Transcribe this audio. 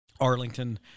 arlington